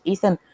Ethan